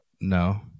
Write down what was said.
No